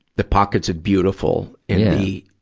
the pockets of beautiful and the,